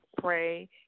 pray